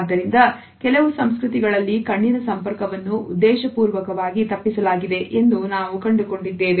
ಆದ್ದರಿಂದ ಕೆಲವು ಸಂಸ್ಕೃತಿಗಳಲ್ಲಿ ಕಣ್ಣಿನ ಸಂಪರ್ಕವನ್ನು ಉದ್ದೇಶಪೂರ್ವಕವಾಗಿ ತಪ್ಪಿಸಲಾಗಿದೆ ಎಂದು ನಾವು ಕಂಡುಕೊಂಡಿದ್ದೇವೆ